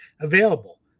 available